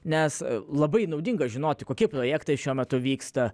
nes labai naudinga žinoti kokie projektai šiuo metu vyksta